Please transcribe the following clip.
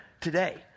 Today